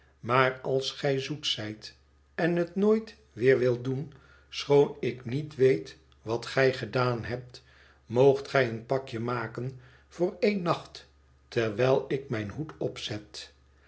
maar als gij zoet zijt en het nooit weer wilt doen schoon ik niet weet wat gij gedaan hebt moogt gij een pakje maken voor ééo nacht terwijl ik mijn hoed opzet